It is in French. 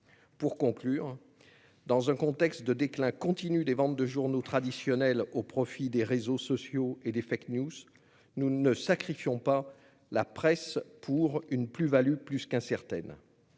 Pour conclure, dans un contexte de déclin continu des ventes de journaux traditionnels au profit des réseaux sociaux et des, ne sacrifions pas la presse pour une plus-value plus qu'incertaine